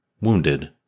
wounded